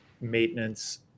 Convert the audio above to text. maintenance